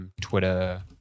Twitter